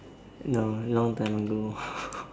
no long time ago